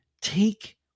Take